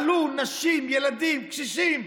נשים, ילדים, קשישים,